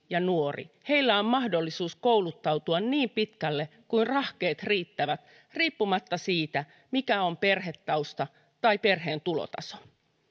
ja nuorella on mahdollisuus kouluttautua niin pitkälle kuin rahkeet riittävät riippumatta siitä mikä on perhetausta tai perheen tulotaso